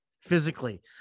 physically